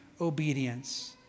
obedience